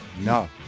No